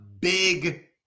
big